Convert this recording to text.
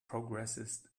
progressist